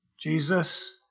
Jesus